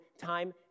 time